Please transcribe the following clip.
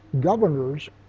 governors